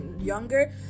younger